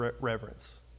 reverence